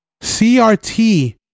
CRT